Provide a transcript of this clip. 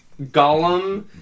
Gollum